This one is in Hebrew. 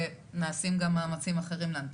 ונעשים גם מאמצים אחרים להנפיק.